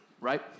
right